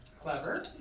Clever